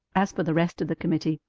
as for the rest of the committee,